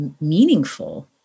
meaningful